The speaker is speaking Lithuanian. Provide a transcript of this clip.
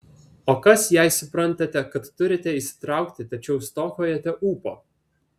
o kas jei suprantate kad turite įsitraukti tačiau stokojate ūpo